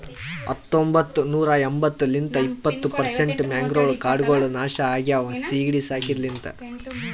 ಹತೊಂಬತ್ತ ನೂರಾ ಎಂಬತ್ತು ಲಿಂತ್ ಇಪ್ಪತ್ತು ಪರ್ಸೆಂಟ್ ಮ್ಯಾಂಗ್ರೋವ್ ಕಾಡ್ಗೊಳ್ ನಾಶ ಆಗ್ಯಾವ ಸೀಗಿಡಿ ಸಾಕಿದ ಲಿಂತ್